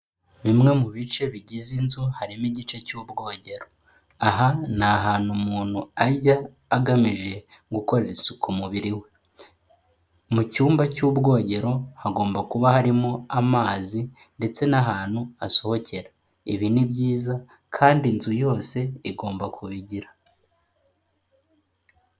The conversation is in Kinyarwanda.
Bimwe mu bice bigize inzu, harimo igice cy'ubwogero. Aha ni ahantu umuntu ajya agamije gukorera isuku mubiri we. Mu cyumba cy'ubwogero hagomba kuba harimo amazi ndetse n'ahantu asohokera. Ibi ni byiza kandi inzu yose igomba kubigira.